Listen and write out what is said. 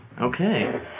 Okay